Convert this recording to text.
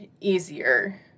easier